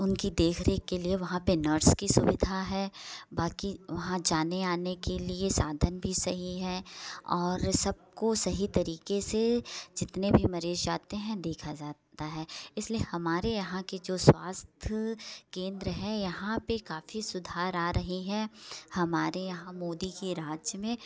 उनकी देख रेख के लिए वहाँ पे नर्स की सुविधा है बाकी वहाँ जाने आने के लिए साधन भी सही है और सबको सही तरीके से जितने भी मरीज जाते हैं देखा जाता है इसलिए हमारे यहाँ की जो स्वास्थ्य केंद्र है यहाँ पे काफ़ी सुधार आ रहे हैं हमारे यहाँ मोदी जी के राज में